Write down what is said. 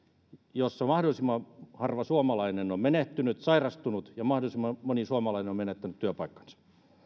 jolla mahdollisimman harva suomalainen on menehtynyt sairastunut ja mahdollisimman harva suomalainen on menettänyt työpaikkansa